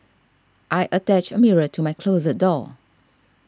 I attached mirror to my closet door